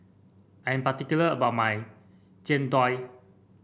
I am particular about my Jian Dui